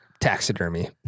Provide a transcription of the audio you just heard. Taxidermy